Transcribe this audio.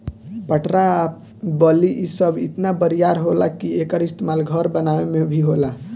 पटरा आ बल्ली इ सब इतना बरियार होला कि एकर इस्तमाल घर बनावे मे भी होला